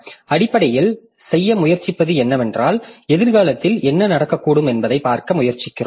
அடிப்படையில் செய்ய முயற்சிப்பது என்னவென்றால் எதிர்காலத்தில் என்ன நடக்கக்கூடும் என்பதைப் பார்க்க முயற்சிக்கிறோம்